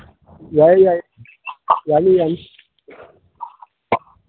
ꯌꯥꯏ ꯌꯥꯏ ꯌꯥꯅꯤ ꯌꯥꯅꯤ